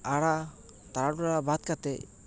ᱟᱲᱟ ᱛᱟᱞᱟ ᱴᱚᱞᱟ ᱵᱟᱫᱽ ᱠᱟᱛᱮ